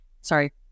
sorry